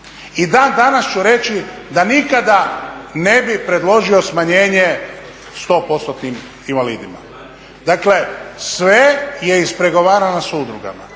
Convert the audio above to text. danas ću reći da nikada ne bi predložio smanjenje 100%-nim invalidima. Dakle, sve je ispregovarano sa udrugama,